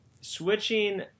Switching